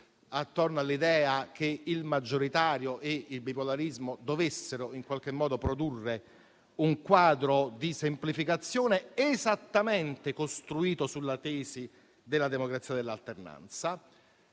attorno all'idea che il maggioritario e il bipolarismo dovessero produrre un quadro di semplificazione, costruito esattamente sulla tesi della democrazia dell'alternanza.